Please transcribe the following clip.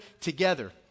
together